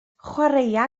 chwaraea